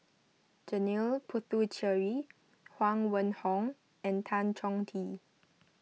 Janil Puthucheary Huang Wenhong and Tan Chong Tee